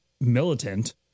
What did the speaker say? militant